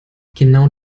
genau